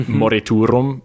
moriturum